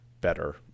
better